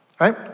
right